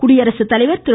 குடியரசுத்தலைவா் திரு